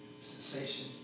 sensation